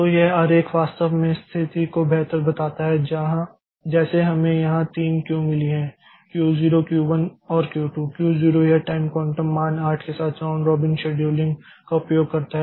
तो यह आरेख वास्तव में स्थिति को बेहतर बताता है जैसे हमें यहां 3 क्यू मिली हैं Q 0 Q 1 और Q 2 Q 0 यह टाइम क्वांटम मान 8 के साथ राउंड रॉबिन शेड्यूलिंग का उपयोग करता है